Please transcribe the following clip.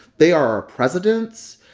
they are our presidents.